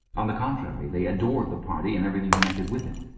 on the contrary, they adored the party and everything connected with it.